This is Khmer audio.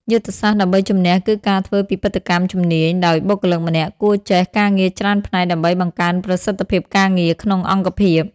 យុទ្ធសាស្ត្រដើម្បីជំនះគឺការធ្វើពិពិធកម្មជំនាញ ដោយបុគ្គលិកម្នាក់គួរចេះការងារច្រើនផ្នែកដើម្បីបង្កើនប្រសិទ្ធភាពការងារក្នុងអង្គភាព។